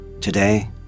Today